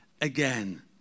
again